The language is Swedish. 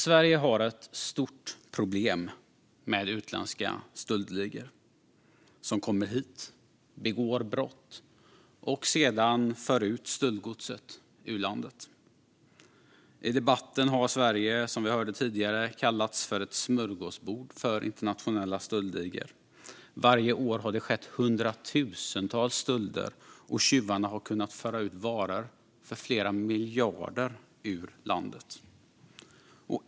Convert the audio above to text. Sverige har ett stort problem med utländska stöldligor som kommer hit, begår brott och sedan för ut stöldgodset ur landet. I debatten har Sverige, som vi hörde tidigare, kallats ett smörgåsbord för internationella stöldligor. Varje år sker hundratusentals stölder, och tjuvarna har kunnat föra ut varor för flera miljarder ur landet.